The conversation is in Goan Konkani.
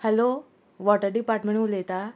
हॅलो वॉटर डिपार्टमेंट उलयता